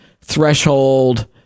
threshold